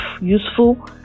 useful